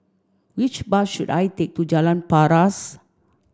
which bus should I take to Jalan Paras